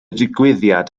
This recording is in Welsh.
digwyddiad